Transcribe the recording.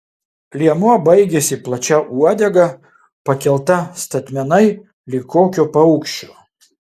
liemuo baigėsi plačia uodega pakelta statmenai lyg kokio paukščio